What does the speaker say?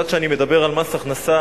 עד שאני מדבר על מס הכנסה,